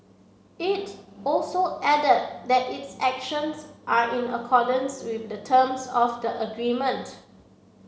it also added that its actions are in accordance with the terms of the agreement